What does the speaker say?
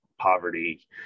poverty